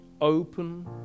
open